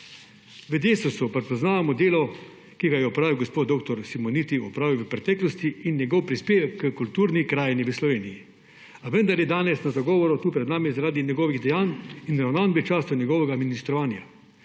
V Desusu prepoznavamo delo, ki ga je opravil gospod dr. Simoniti v preteklosti in njegov prispevek k kulturni krajini v Sloveniji, a vendar je danes na zagovoru tu pred nami zaradi njegovih dejanj in ravnanj v času njegovega ministrovanja.